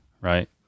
right